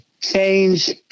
change